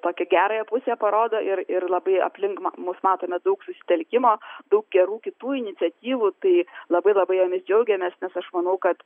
tokią gerąją pusę parodo ir ir labai aplink mus matome daug susitelkimo daug gerų kitų iniciatyvų tai labai labai jomis džiaugiamės nes aš manau kad